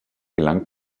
gelangt